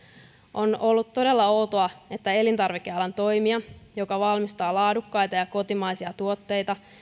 on ollut todella outoa että elintarvikealan toimija joka valmistaa laadukkaita ja kotimaisia tuotteita